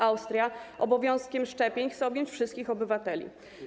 Austria obowiązkiem szczepień chce objąć wszystkich obywateli.